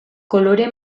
kolore